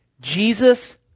Jesus